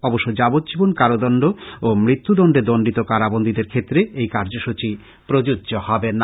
অবশ্য যাবজ্জীবন কারাদন্ড বা মৃত্যুদন্ডে দন্ডিত কারাবন্দীদের ক্ষেত্রে এই কার্যসচী প্রযোজ্য হবে না